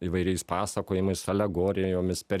įvairiais pasakojimais alegorijomis per